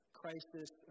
crisis